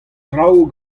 traoù